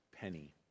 penny